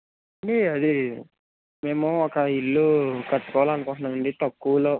ఏండి అది మేము ఒక ఇల్లు కట్టుకోవాలి అనుకుంటున్నాం అండి తక్కువలో